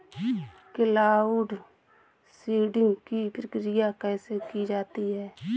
Cloud seeding की प्रक्रिया कैसे की जाती है?